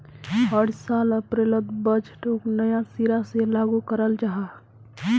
हर साल अप्रैलोत बजटोक नया सिरा से लागू कराल जहा